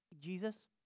Jesus